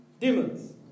Demons